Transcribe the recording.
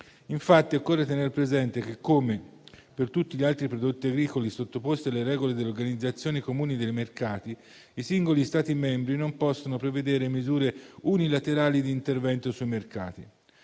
Infatti, occorre tener presente che, come per tutti gli altri prodotti agricoli sottoposti alle regole dell'Organizzazione comune dei mercati agricoli, i singoli Stati membri non possono prevedere misure unilaterali di intervento sui mercati.